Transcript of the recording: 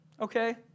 okay